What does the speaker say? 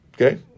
Okay